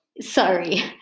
sorry